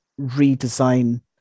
redesign